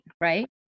right